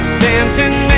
dancing